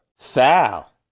Foul